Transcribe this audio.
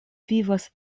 vivas